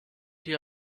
hier